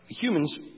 humans